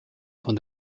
von